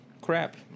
crap